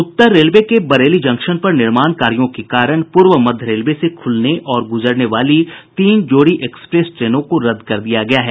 उत्तर railway के Bareilly junction पर निर्माण कार्यों के कारण पूर्व मध्य रेलवे से खुलने और गुजरने वाली तीन जोड़ी एक्सप्रेस ट्रेनों को रद्द कर दिया गया है